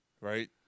right